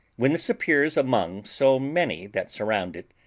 when this appears among so many that surround it,